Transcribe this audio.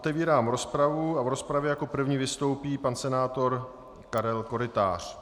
Otevírám rozpravu a v rozpravě jako první vystoupí pan senátor Karel Korytář.